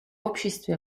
обществе